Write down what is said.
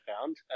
found